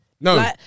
No